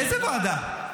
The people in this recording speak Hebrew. איזו ועדה?